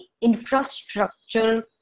infrastructure